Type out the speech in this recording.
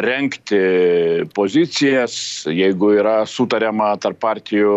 rengti pozicijas jeigu yra sutariama tarp partijų